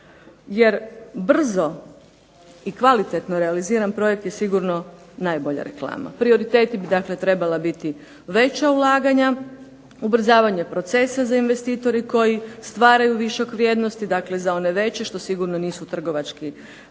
jer brzo i kvalitetno realiziran projekt je sigurno najbolja reklama. Prioritet bi dakle trebala biti veća ulaganja, ubrzavanje procesa za investitore koji stvaraju višak vrijednosti dakle za one veće što sigurno nisu trgovački lanci.